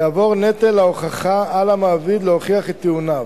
יעבור נטל ההוכחה על המעביד, להוכיח את טיעוניו.